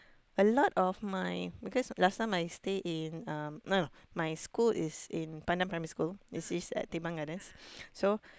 a lot of my because last time I stay in um no no my school is in Pandan-Primary-School it is at Teban-Gardens